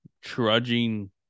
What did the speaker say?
trudging